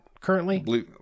currently